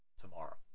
tomorrow